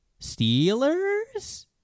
Steelers